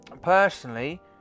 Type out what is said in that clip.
Personally